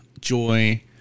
joy